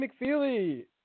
mcfeely